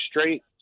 straight